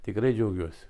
tikrai džiaugiuosi